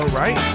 right